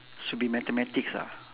should be mathematics ah